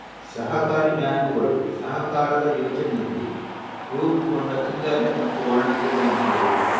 ಸಹಕಾರಿ ಬ್ಯಾಂಕುಗಳು ಸಹಕಾರದ ಯೋಚನೆಯಲ್ಲಿ ರೂಪುಗೊಂಡ ಚಿಲ್ಲರೆ ಮತ್ತೆ ವಾಣಿಜ್ಯ ಬ್ಯಾಂಕುಗಳು